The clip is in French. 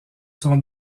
sont